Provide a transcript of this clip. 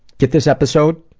get this episode,